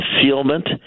concealment